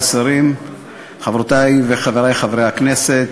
טרומית ותועבר לוועדת הכלכלה של הכנסת